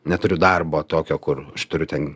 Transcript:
neturiu darbo tokio kur turiu ten